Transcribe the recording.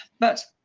but